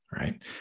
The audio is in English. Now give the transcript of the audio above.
right